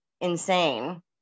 insane